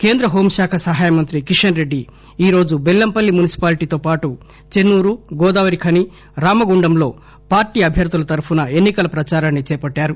కేంద్ర హోంశాఖ సహాయ మంత్రి కిషన్ రెడ్డి ఈ రోజు బెల్లంపల్లి మున్పిపాలిటీతో పాటు చెన్నూరు గోదావరిఖని రామగుండంలో పార్టీ అభ్యర్దుల తరఫున ఎన్ని కల ప్రదారాన్ని చేపట్టారు